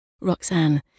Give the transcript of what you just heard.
Roxanne